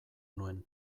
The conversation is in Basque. nuen